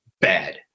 bad